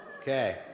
Okay